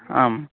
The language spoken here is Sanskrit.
आम्